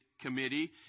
committee